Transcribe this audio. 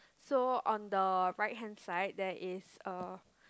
so on the right hand side there is a